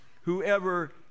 whoever